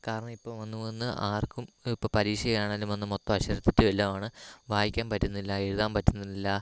കാരണം ഇപ്പോൾ വന്ന് വന്ന് ആർക്കും ഇപ്പം പരീക്ഷയാണേലും വന്ന് മൊത്തം അക്ഷരത്തെറ്റും എല്ലാം ആണ് വായിക്കാൻ പറ്റുന്നില്ല എഴുതാൻ പറ്റുന്നില്ല